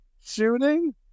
shooting